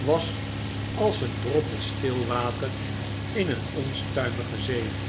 was als een droppel stil water in een orlstuimige zee